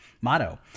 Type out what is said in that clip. Motto